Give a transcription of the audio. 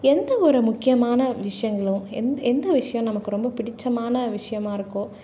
எந்த ஒரு முக்கியமான விஷயங்களும் எந் எந்த விஷயம் நமக்கு ரொம்ப பிடித்தமான விஷயமா இருக்கோ